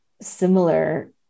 similar